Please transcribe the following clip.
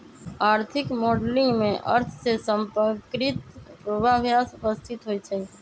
आर्थिक मॉडलिंग में अर्थ से संपर्कित पूर्वाभास उपस्थित होइ छइ